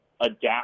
adapt